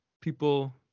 people